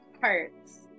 parts